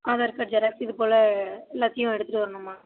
Aadhaar card xerox இதுப்போல் எல்லாத்தையும் எடுத்துரு வரணும்மா